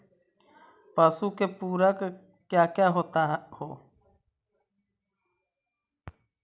पशु के पुरक क्या क्या होता हो?